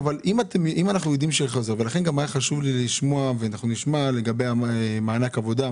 לכן היה חשוב לי לשמוע לגבי מענק העבודה,